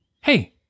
Hey